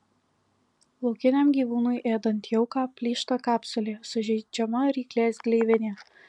laukiniam gyvūnui ėdant jauką plyšta kapsulė sužeidžiama ryklės gleivinė